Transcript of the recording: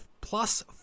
plus